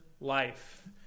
life